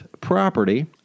property